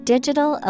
Digital